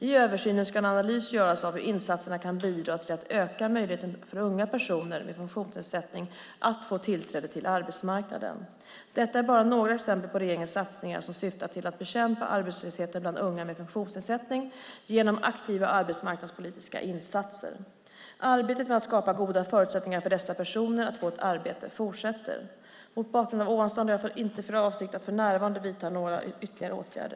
I översynen ska en analys göras av hur insatserna kan bidra till att öka möjligheten för unga personer med funktionsnedsättning att få tillträde till arbetsmarknaden. Detta är bara några exempel på regeringens satsningar som syftar till att bekämpa arbetslösheten bland unga med funktionsnedsättning genom aktiva arbetsmarknadspolitiska insatser. Arbetet med att skapa goda förutsättningar för dessa personer att få ett arbete fortsätter. Mot bakgrund av ovanstående har jag inte för avsikt att för närvarande vidta några ytterligare åtgärder.